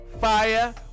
fire